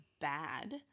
bad